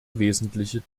wesentliche